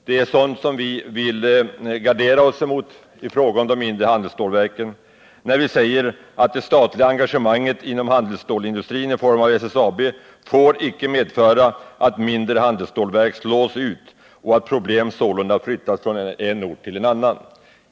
Det är sådant som vi vill gardera oss emot i fråga om de mindre handelsstålverken, när vi säger att det statliga engagemanget inom handelsstålindustrin i form av SSAB inte får medföra att mindre handelsstålverk slås ut och att problemen sålunda flyttas från en ort till en annan.